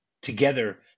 together